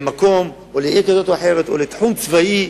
מקום או לעיר כזאת או אחרת, או לתחום צבאי.